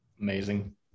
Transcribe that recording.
Amazing